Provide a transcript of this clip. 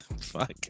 fuck